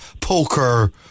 poker